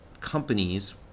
companies